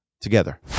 together